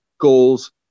Goals